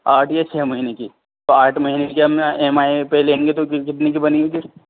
آٹھ یا چھ مہینے کی تو آٹھ مہینے کی ہمیں ایم آئی پہ لیں گے تو بل کتنے کی بنے گی پھر